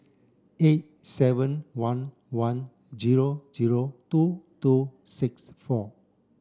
eight seven one one zero zero two two six four